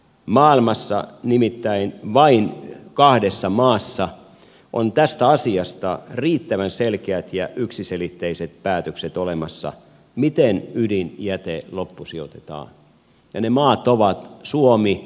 maailmassa nimittäin vain kahdessa maassa on riittävän selkeät ja yksiselitteiset päätökset olemassa tästä asiasta miten ydinjäte loppusijoitetaan ja ne maat ovat suomi ja ruotsi